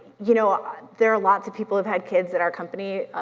you know there are lots of people have had kids at our company.